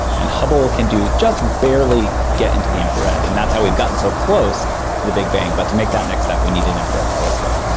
and hubble can just barely get into the infrared, and that's how we've gotten so close to the big bang, but to make that next step we need an infrared telescope.